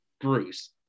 Bruce